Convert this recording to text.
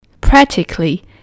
Practically